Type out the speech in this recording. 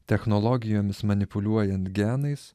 technologijomis manipuliuojant genais